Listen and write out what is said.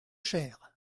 cher